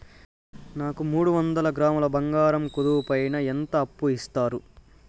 నాకు మూడు వందల గ్రాములు బంగారం కుదువు పైన ఎంత అప్పు ఇస్తారు?